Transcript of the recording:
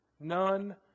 None